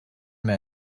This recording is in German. mehr